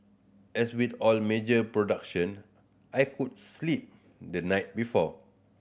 as with all major production I could sleep the night before